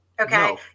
okay